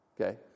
Okay